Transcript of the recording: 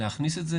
להכניס את זה,